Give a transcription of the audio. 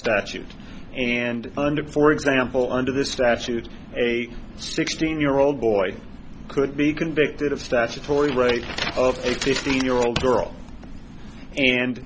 statute and under for example under the statute a sixteen year old boy could be convicted of statutory rape of a fifteen year old girl and